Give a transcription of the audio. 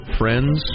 friends